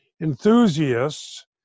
enthusiasts